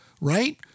right